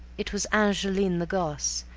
it was angeline the gosse,